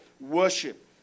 worship